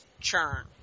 churn